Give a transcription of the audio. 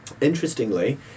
Interestingly